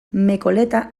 mekoleta